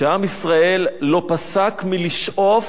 שעם ישראל לא פסק מלשאוף,